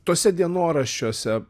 tuose dienoraščiuose